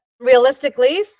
Realistically